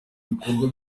bikorwa